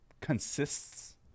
consists